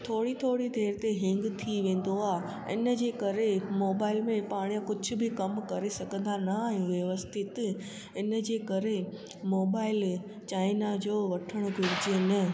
थोरी थोरी देरि ते हैंग थी वेंदो आहे इन जे करे मोबाइल में पाण कुझ बि कमु करे सघंदा न आहियूं व्यवस्थित इन जे करे मोबाइल चाइना जो वठणु घुरिजे न